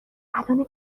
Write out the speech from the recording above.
الانه